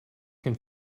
can